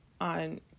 on